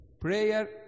Prayer